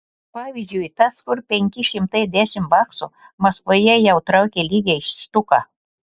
pavyzdžiui tas kur penki šimtai dešimt baksų maskvoje jau traukia lygiai štuką